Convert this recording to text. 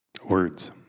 Words